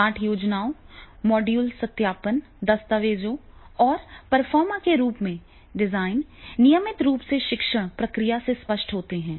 पाठ योजनाओं मॉड्यूल सत्यापन दस्तावेजों और Performa के रूप में डिजाइन नियमित रूप से शिक्षण प्रक्रिया से स्पष्ट होते हैं